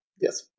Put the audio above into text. Yes